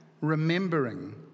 remembering